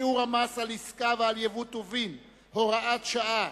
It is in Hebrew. (שיעור המס על עסקה ועל יבוא טובין) (הוראת שעה),